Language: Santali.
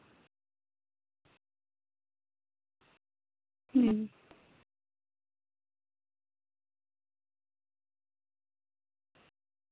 ᱦᱩᱸ